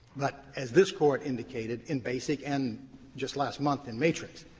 but as this court indicated in basic, and just last month in matrixx,